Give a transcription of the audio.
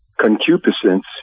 concupiscence